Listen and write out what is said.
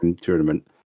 tournament